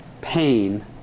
pain